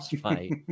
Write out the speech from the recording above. fight